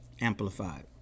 amplified